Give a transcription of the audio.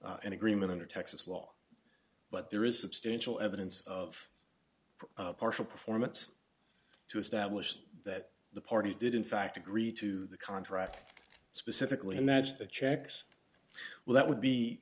was an agreement under texas law but there is substantial evidence of partial performance to establish that the parties did in fact agree to the contract specifically and that's the checks well that would be